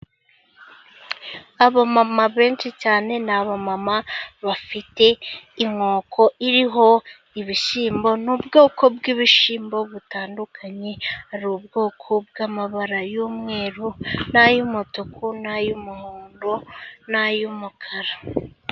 Abamama benshi cyane ni abamama bafite inkoko iriho ibishyimbo n'ubwoko bw'ibishyimbo butandukanye, hari ubwoko bw'amabara y'umweru n'ay'umutuku n'ay'umuhondo n'ay'umukara.